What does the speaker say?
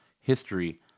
history